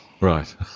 right